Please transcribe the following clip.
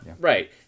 Right